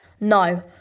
No